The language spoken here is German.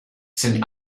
sind